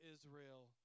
Israel